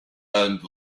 and